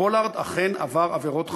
פולארד אכן עבר עבירות חמורות.